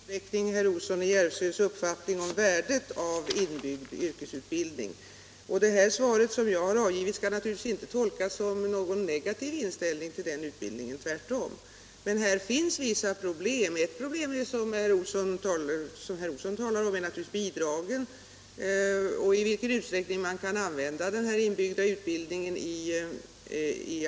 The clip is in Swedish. Herr talman! Jag delar givetvis i stor utsträckning herr Olssons i Järvsö uppfattning om värdet av inbyggd yrkesutbildning, och det svar som jag har avgivit skall inte tolkas så att jag har en negativ inställning till denna utbildning, tvärtom. Men det finns vissa problem i sammanhanget. Ett är naturligtvis det som herr Olsson talar om, nämligen i vilken utsträckning man kan använda bidragen till den inbyggda utbildningen i